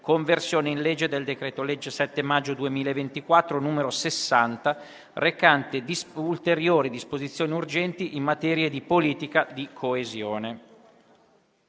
«Conversione in legge del decreto-legge 7 maggio 2024 n. 60, recante ulteriori disposizioni urgenti in materie di politica di coesione»